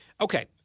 Okay